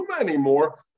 anymore